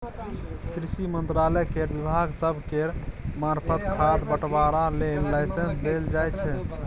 कृषि मंत्रालय केर विभाग सब केर मार्फत खाद बंटवारा लेल लाइसेंस देल जाइ छै